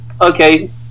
Okay